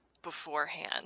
beforehand